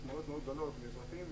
משמעויות גדולות מאוד לאזרחים.